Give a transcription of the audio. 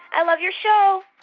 i love your show